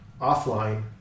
offline